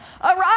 Arise